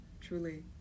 truly